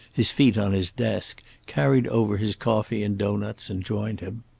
his feet on his desk, carried over his coffee and doughnuts and joined him.